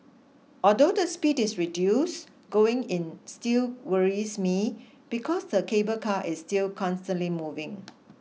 although the speed is reduced going in still worries me because the cable car is still constantly moving